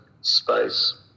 space